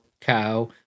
Cow